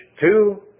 Two